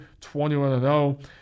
21-0